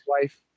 wife